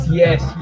yes